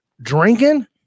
drinking